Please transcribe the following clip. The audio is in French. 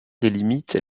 délimite